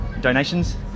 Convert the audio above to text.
donations